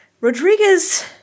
rodriguez